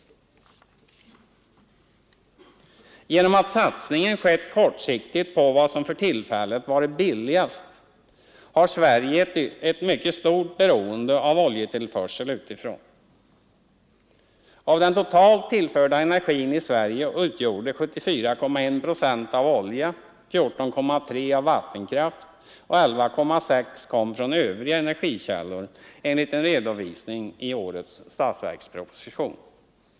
Genom att satsningen skett kortsiktigt på vad som på för tillfället varit billigast har Sverige ett mycket stort beroende av oljetillförsel utifrån. Av den totalt tillförda energin i Sverige utgjordes 74,1 procent av olja och 14,3 procent av vattenkraft, medan 11,6 procent kom från övriga energikällor enligt en redovisning i årets statsverksproposition.